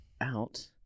out